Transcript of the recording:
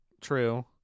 True